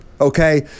Okay